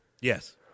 Yes